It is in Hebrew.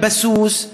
אלבסוס,